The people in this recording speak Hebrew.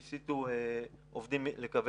מה שהן עשו זה: תגבור של עובדים בקווי